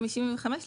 הן מ-1975,